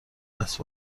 است